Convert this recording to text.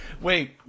Wait